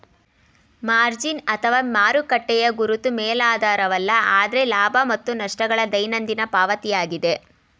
margin ಅಥವಾ ಮಾರುಕಟ್ಟೆಯ ಗುರುತು ಮೇಲಾಧಾರವಲ್ಲ ಆದ್ರೆ ಲಾಭ ಮತ್ತು ನಷ್ಟ ಗಳ ದೈನಂದಿನ ಪಾವತಿಯಾಗಿದೆ